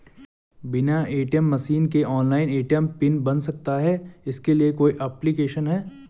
बिना ATM machine के online ATM pin बन सकता है इसके लिए कोई ऐप्लिकेशन है?